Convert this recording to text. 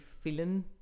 feeling